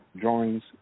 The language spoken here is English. drawings